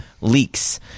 leaks